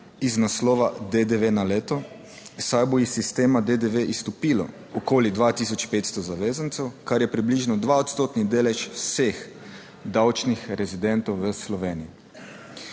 iz naslova DDV na leto, saj bo iz sistema DDV izstopilo okoli 2500 zavezancev, kar je približno dva odstotni delež vseh davčnih rezidentov v Sloveniji.